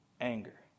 Anger